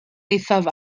eithaf